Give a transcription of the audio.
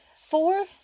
Four